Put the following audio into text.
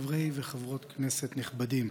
חברות וחברי כנסת נכבדים,